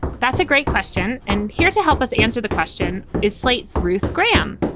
that's a great question. and here to help us answer the question is slate's ruth graham.